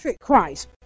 Christ